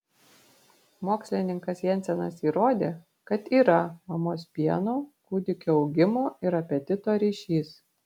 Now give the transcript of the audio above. mokslininkas jensenas įrodė kad yra mamos pieno kūdikio augimo ir apetito ryšys